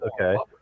okay